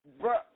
Bro